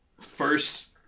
First